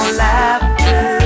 laughter